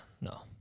no